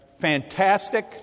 fantastic